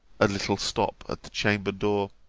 a little stop at the chamber-door